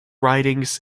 ridings